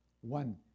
one